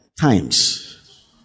times